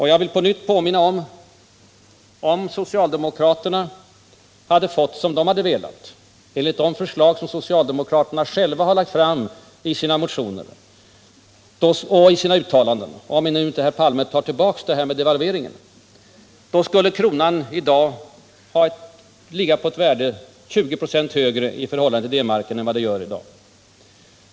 Jag vill på nytt påminna om att, om socialdemokraterna hade fått som de hade velat enligt de förslag som de själva lagt fram i sina motioner och uttalanden — om nu inte herr Palme tar tillbaka det han sade om devalveringen — då skulle kronan ligga 20 26 högre i förhållande till D marken än i dag.